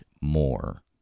more